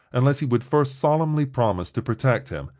unless he would first solemnly promise to protect him,